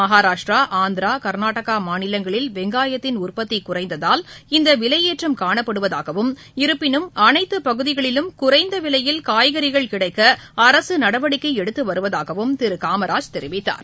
மகாராஷ்டிரா ஆந்திரா கர்நாடகா மாநிலங்களில் வெங்காயத்தின் உற்பத்தி குறைந்ததால் இந்த விலையேற்றம் காணப்படுவதாகவும் இருப்பினும் அனைத்துப் பகுதிகளிலும் குறைந்த விலையில் காய்கறிகள் கிடைக்க அரசு நடவடிக்கை எடுத்து வருவதாக திரு காமராஜ் தெரிவித்தார்